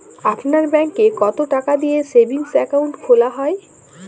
আপনার ব্যাংকে কতো টাকা দিয়ে সেভিংস অ্যাকাউন্ট খোলা হয়?